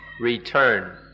return